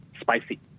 spicy